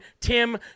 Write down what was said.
Tim